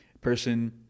person